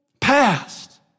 past